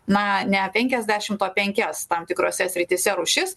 na ne penkiasdešimt o penkias tam tikrose srityse rūšis